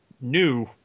new